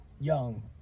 young